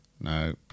No